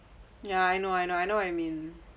ya I know I know I know what you mean